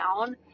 down